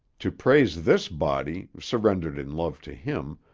to praise this body, surrendered in love to him,